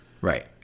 right